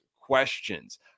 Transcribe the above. questions